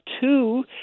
two